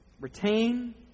Retain